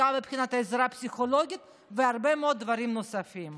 גם מבחינת העזרה הפסיכולוגית והרבה מאוד דברים נוספים.